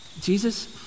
Jesus